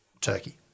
Turkey